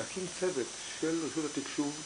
להקים צוות של רשות התקשוב,